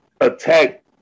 attack